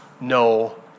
no